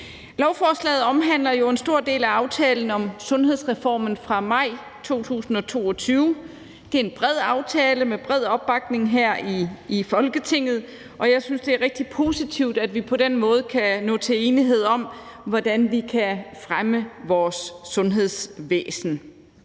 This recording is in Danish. Lovforslaget omhandler jo en stor del af aftalen om sundhedsreformen fra maj 2022. Det er en bred aftale med bred opbakning her i Folketinget, og jeg synes, det er rigtig positivt, at vi på den måde kan nå til enighed om, hvordan vi kan fremme vores sundhedsvæsen.